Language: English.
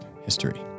History